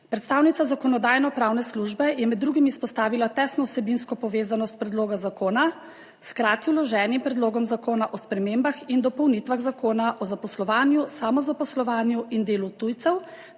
Predstavnica Zakonodajno-pravne službe je med drugim izpostavila tesno vsebinsko povezanost predloga zakona s hkrati vloženim Predlogom zakona o spremembah in dopolnitvah Zakona o zaposlovanju, samozaposlovanju in delu tujcev